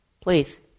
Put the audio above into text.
please